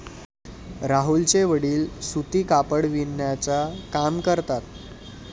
राहुलचे वडील सूती कापड बिनण्याचा काम करतात